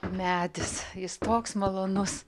medis jis toks malonus